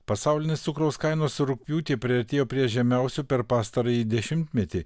pasaulinės cukraus kainos rugpjūtį priartėjo prie žemiausių per pastarąjį dešimtmetį